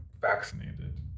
vaccinated